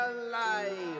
Alive